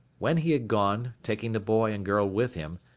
when he had gone, taking the boy and girl with him,